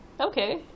Okay